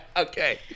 Okay